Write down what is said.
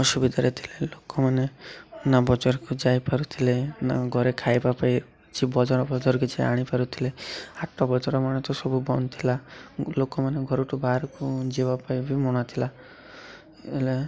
ଅସୁବିଧାରେ ଥିଲେ ଲୋକମାନେ ନା ବଜାରକୁ ଯାଇପାରୁଥିଲେ ନା ଘରେ ଖାଇବା ପାଇଁ କିଛି ବଜାର ବଜାର କିଛି ଆଣିପାରୁଥିଲେ ହାଟ ବଜାର ମାନ ତ ସବୁ ବନ୍ଦ ଥିଲା ଲୋକମାନେ ଘର ଠୁ ବାହାରକୁ ଯିବା ପାଇଁ ବି ମନା ଥିଲା ହେଲେ